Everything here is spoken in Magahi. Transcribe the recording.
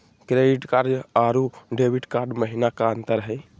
क्रेडिट कार्ड अरू डेबिट कार्ड महिना का अंतर हई?